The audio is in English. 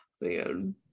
man